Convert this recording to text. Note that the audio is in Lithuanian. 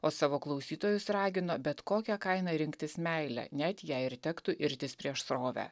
o savo klausytojus ragino bet kokia kaina rinktis meilę net jei ir tektų irtis prieš srovę